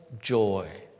Joy